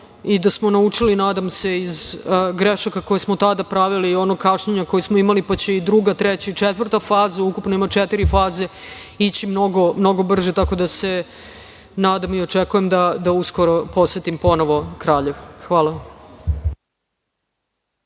i da smo naučili, nadam se, iz grešaka koje smo tada pravili, ona kašnjenja koja smo imali, pa će druga, treća i četvrta faza, ukupno ima četiri faze, ići mnogo brže. Tako da se nadam i očekujem da uskoro posetim ponovo Kraljevo. Hvala